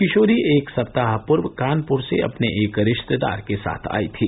किशोरी एक सप्ताह पूर्व कानपुर से अपने एक रिश्तेदार के साथ आयी थी